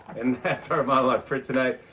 and that's our monologue for tonight.